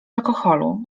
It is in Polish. alkoholu